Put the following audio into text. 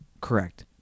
correct